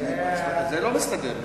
זה לא מסתדר לי.